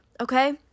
Okay